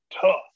tough